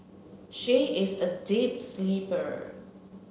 she is a deep sleeper